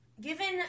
given